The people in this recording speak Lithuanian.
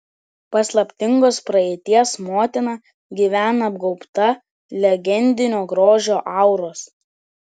paslaptingos praeities motina gyvena apgaubta legendinio grožio auros